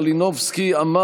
יוליה מלינובסקי קונין,